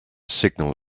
signal